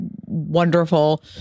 wonderful